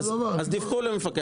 לא פתחו לו.